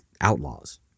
outlaws